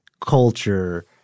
culture